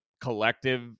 collective